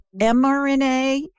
mRNA